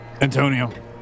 Antonio